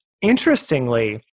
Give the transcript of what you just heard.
Interestingly